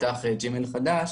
פתח מייל חדש,